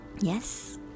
yes